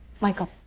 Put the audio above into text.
Michael